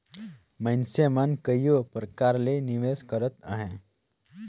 मइनसे मन कइयो परकार ले निवेस करत अहें